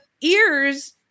ears